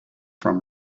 from